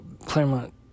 Claremont